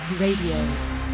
Radio